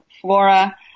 flora